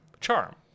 charm